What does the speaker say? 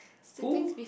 who